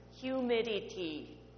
humidity